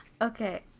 Okay